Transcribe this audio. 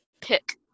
pick